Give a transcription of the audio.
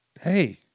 Hey